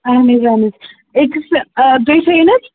اَہن حظ اَہن حظ أکِس تُہۍ تھٲیِو نہ